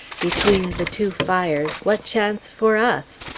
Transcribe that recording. between the two fires, what chance for us?